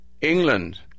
England